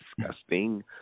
disgusting